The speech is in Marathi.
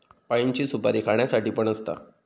पाइनची सुपारी खाण्यासाठी पण असता